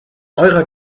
eurer